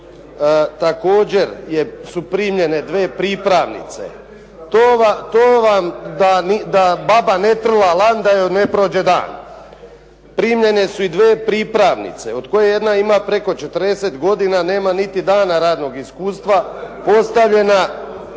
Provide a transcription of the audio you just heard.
Također su primljene dvije pripravnice. To vam da “baba ne trla lan da joj ne prođe dan“. Primljene su i dve pripravnice od kojih jedna ima preko 40 godina, a nema niti dana radnog iskustva. Postavljena